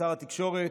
שר התקשורת,